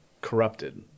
corrupted